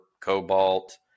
cobalt